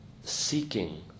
seeking